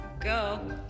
go